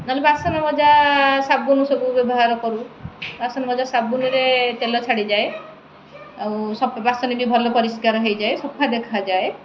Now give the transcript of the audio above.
ନହେଲେ ବାସନ ମଜା ସାବୁନ ସବୁ ବ୍ୟବହାର କରୁ ବାସନ ମଜା ସାବୁନରେ ତେଲ ଛାଡ଼ିଯାଏ ଆଉ ସବୁ ବାସନ ବି ଭଲ ପରିଷ୍କାର ହେଇଯାଏ ସଫା ଦେଖାଯାଏ